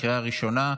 בקריאה הראשונה.